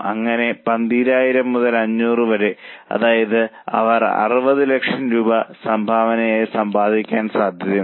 അങ്ങനെ 12000 മുതൽ 500 വരെ അതായത് അവർ 60 ലക്ഷം രൂപ സംഭാവനയായി സമ്പാദിക്കാൻ സാധ്യതയുണ്ട്